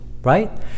right